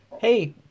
hey